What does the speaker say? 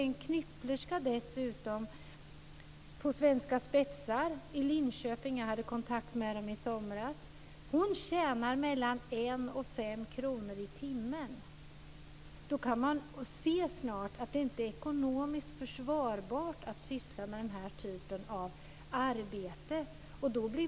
En knypplerska på Svenska Spetsar i Linköping tjänar mellan en krona och fem kronor i timmen - jag hade kontakt med folk där i somras. Man kan lätt se att det inte är ekonomiskt försvarbart att syssla med denna typ av arbete.